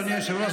אדוני היושב-ראש,